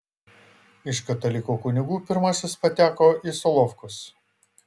iš katalikų kunigų pirmasis pateko į solovkus